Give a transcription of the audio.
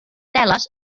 teles